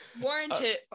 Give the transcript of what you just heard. Warranted